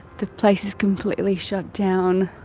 the place is completely shut down.